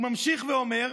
הוא ממשיך ואומר: